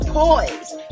poised